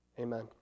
amen